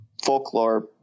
folklore